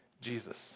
Jesus